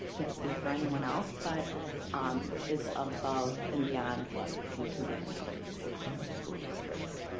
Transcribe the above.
can't speak for anyone else, but is above and beyond what you can get in other school districts.